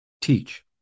teach